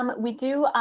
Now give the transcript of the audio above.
um we do.